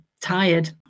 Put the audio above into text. tired